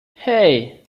hey